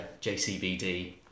JCBD